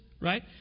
right